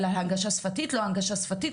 הנגשה שפתית,